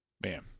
Bam